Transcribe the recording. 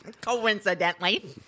Coincidentally